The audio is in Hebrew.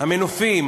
המנופים,